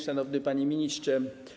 Szanowny Panie Ministrze!